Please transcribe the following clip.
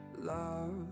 love